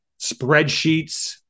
spreadsheets